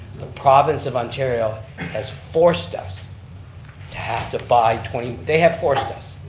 the province of ontario has forced us to have to buy twenty, they have forced us.